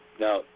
Now